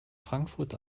frankfurt